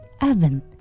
oven